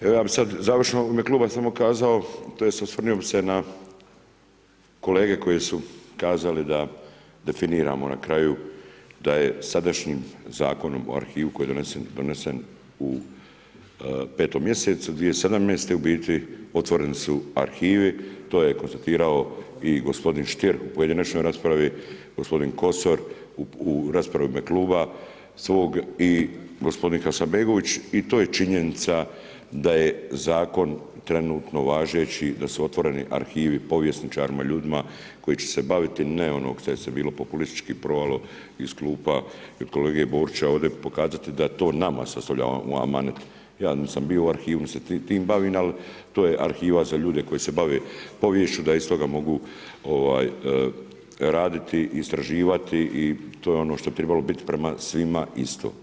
Evo ja bi sad završno u ime kluba samo kazao tj. osvrnuo bi se na kolege koji su kazali da definiramo na kraju da je sadašnjim Zakonom o arhivu koji je donesen u petom mjesecu 2017., u biti otvoreni su arhivi, to je konstatirao i gospodin Stier u pojedinačnoj raspravi, gospodin Kosor u raspravi u ime kluba svog i gospodin Hasanbegović i to je činjenica da je zakon trenutno važeći, da su otvoreni arhivi, povjesničarima, ljudima koji će se baviti ne onim što se populistički probalo iz klupa od kolege Borića ovdje pokazati da to nama sastavlja … Ja nisam bio u arhivima nit se time bavim ali to je arhiva za ljude koji se bave poviješću da iz toga mogu raditi, istraživati i to je ono što bi trebalo biti prema svima isto.